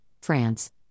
France